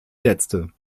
letzte